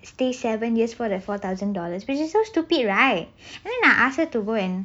stay seven years for that four thousand dollars which is so stupid right then I ask her to go and